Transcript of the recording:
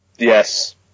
Yes